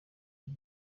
iki